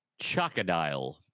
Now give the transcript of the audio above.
Chocodile